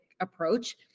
approach